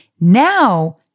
Now